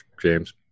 James